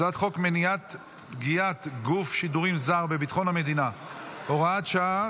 הצעת חוק מניעת פגיעת גוף שידורים זר בביטחון המדינה (הוראת שעה,